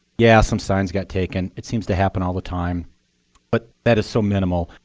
yeah, some signs got taken. it seems to happen all the time. but that is so minimal.